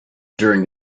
during